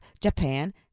Japan